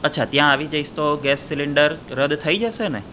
અચ્છા ત્યાં આવી જઈશ તો ગેસ સિલિન્ડર રદ થઈ જશે ને